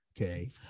okay